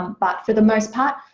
um but for the most part,